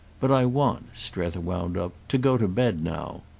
but i want, strether wound up, to go to bed now.